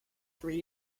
three